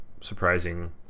surprising